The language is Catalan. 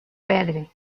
perdre